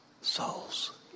souls